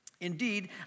Indeed